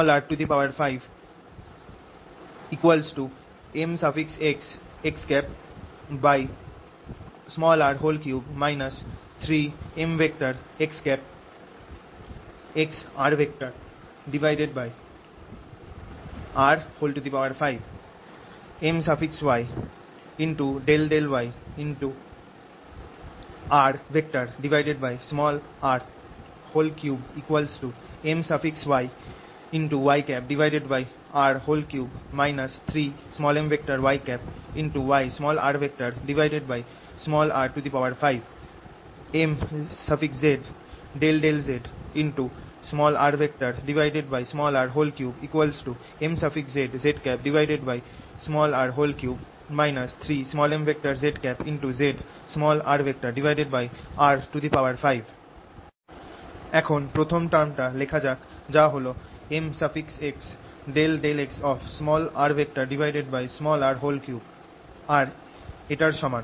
mx∂x mxxr3 xxxyyzzr5 mxxr3 xrr5 my∂y myyr3 yrr5 mz∂z mzzr3 zrr5 এখন প্রথম টার্মটা লেখা যাক যা হল mx∂x আর এটার সমান